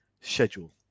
schedule